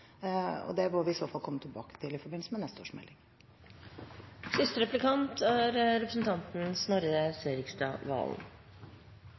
og det må vi i så fall komme til i forbindelse med neste